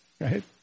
Right